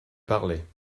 parlait